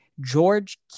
George